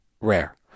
rare